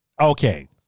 okay